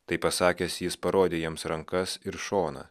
tai pasakęs jis parodė jiems rankas ir šoną